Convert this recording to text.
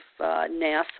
NASA